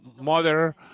mother